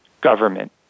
government